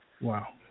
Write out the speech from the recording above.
Wow